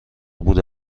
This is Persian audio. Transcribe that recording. بوده